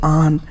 on